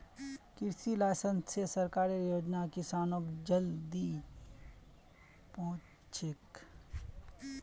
कृषि लाइसेंस स सरकारेर योजना किसानक जल्दी पहुंचछेक